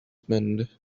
meant